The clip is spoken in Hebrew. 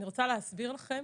אני רוצה להסביר לכם